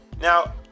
Now